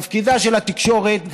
תפקידה של התקשורת,